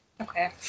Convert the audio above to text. Okay